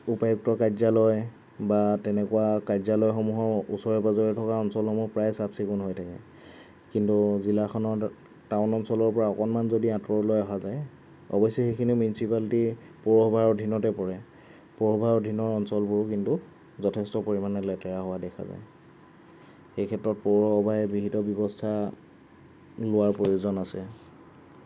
উপায়ুক্ত কাৰ্যালয় বা তেনেকুৱা কাৰ্যালয়সমূহৰ ওচৰে পাঁজৰে থকা প্ৰায় অঞ্চলসমূহ প্ৰায়ে চাফ চিকুণ হৈ থাকে কিন্তু জিলাখনৰ টাউন অঞ্চলৰ পৰা অকণমান যদি আঁতৰলৈ অহা যায় অৱশ্যে সেইখিনি মিনিচিউপালিটি পৌৰসভাৰ অধীনতে পৰে পৌৰসভাৰ অধীনৰ অঞ্চলবোৰ কিন্তু যথেষ্ট পৰিমাণে লেতেৰা হোৱা দেখা যায় এই ক্ষেত্ৰত পৌৰসভাই বিহিত ব্যৱস্থা লোৱাৰ প্ৰয়োজন আছে